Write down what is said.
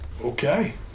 Okay